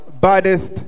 baddest